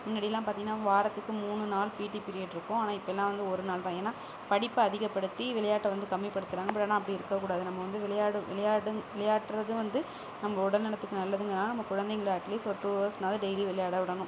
முன்னாடி எல்லாம் பார்த்தீங்கன்னா வாரத்துக்கு மூணு நாள் பிடி பீரியட் இருக்கும் ஆனா இப்போல்லாம் வந்து ஒரு நாள் தான் ஏன்னா படிப்பை அதிகப்படுத்தி விளையாட்டை வந்து கம்மி படுத்துறாங்க பட் ஆனால் அப்படி இருக்கக்கூடாது நம்ம வந்து விளையாடும் விளையாடுங்க விளையாட்றதும் வந்து நம்ப உடல் நலத்துக்கு நல்லதுங்கிறனால நம்ம குழந்தைங்களை அட்லீஸ்ட் ஒரு டூ ஹவரஸ்னாது டெய்லி விளையாட விடணும்